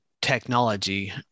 Technology